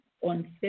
on